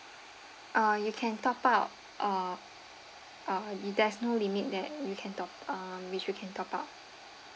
uh you can top up uh uh there's no limit there you can top uh which you can top up